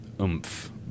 oomph